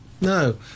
No